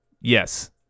Yes